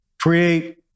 create